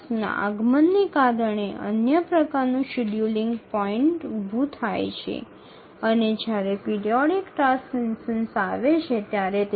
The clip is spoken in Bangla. তবে অন্য ধরণের শিডিউলিং পয়েন্টটি টাস্ক আগমনের কারণে উত্থিত হয় যখন একটি পর্যায়ক্রমিক টাস্ক উদাহরণ উপস্থিত হয়